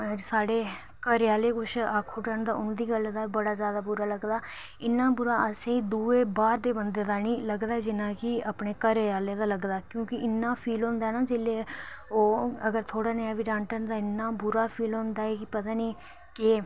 स्हाढ़े घरे आह्ले कुछ आक्खू उड़न ता उंदी गल्ल दा बड़ा ज्यादा बुरा लगदा इन्ना बुरा असेंगी दुए बाहर दे बंदे दा नी लग्दा जिन्ना कि अपने घरें आह्लें दा लगदा क्योंकि इन्ना फील हुंदा ना जिल्लै ओह् अगर थोह्ड़ा नेहा बी डांटन ते इन्ना बुरा फील हुंदा ऐ कि पता नेईं केह्